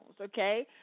okay